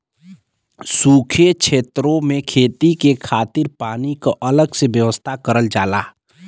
सूखे छेतरो में खेती के खातिर पानी क अलग से व्यवस्था करल जाला